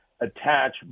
attach